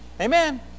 Amen